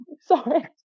Sorry